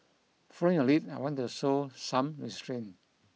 following a lead I want to show some restraint